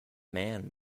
man